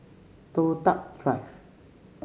Toh Tuck Drive